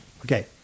Okay